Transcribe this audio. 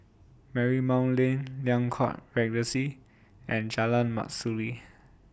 Marymount Lane Liang Court Regency and Jalan Mastuli